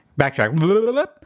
Backtrack